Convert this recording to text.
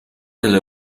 delle